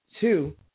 Two